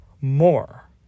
more